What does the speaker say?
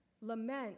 lament